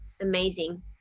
amazing